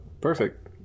perfect